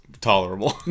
tolerable